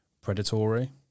predatory